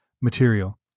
material